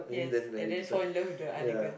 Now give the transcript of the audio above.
yes and then fall in love with the other girl